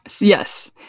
Yes